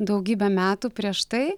daugybę metų prieš tai